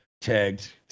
tagged